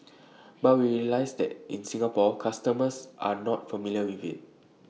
but we realise that in Singapore customers are not familiar with IT